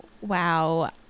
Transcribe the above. Wow